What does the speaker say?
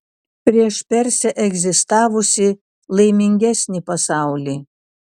prieš persę egzistavusį laimingesnį pasaulį